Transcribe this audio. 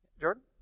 Jordan